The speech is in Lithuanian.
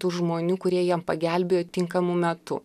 tų žmonių kurie jam pagelbėjo tinkamu metu